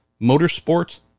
motorsports